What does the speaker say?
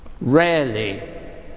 Rarely